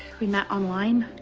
we met online.